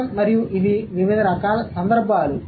అర్థం మరియు ఇవి వివిధ రకాల సందర్భాలు